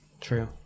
true